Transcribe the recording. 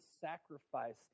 sacrifice